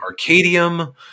Arcadium